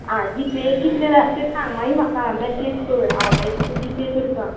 आं G Pay कितले जाले ते सांग मागीर म्हाका मेसेज कर हांव मागीर तुका जी पे करतां